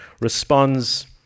responds